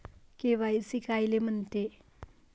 KYC कायले म्हनते?